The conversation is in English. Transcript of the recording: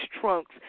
trunks